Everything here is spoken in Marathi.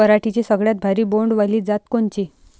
पराटीची सगळ्यात भारी बोंड वाली जात कोनची?